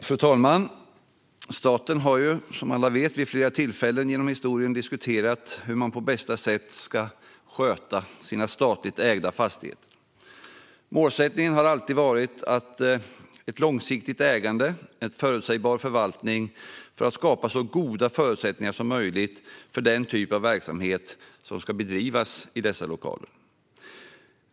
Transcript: Fru talman! Staten har som alla vet vid flera tillfällen genom historien diskuterat hur man på bästa sätt ska sköta sina statligt ägda fastigheter. Målsättningen har alltid varit ett långsiktigt ägande och en förutsägbar förvaltning för att skapa så goda förutsättningar som möjligt för den typ av verksamhet som ska bedrivas i lokalerna.